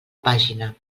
pàgina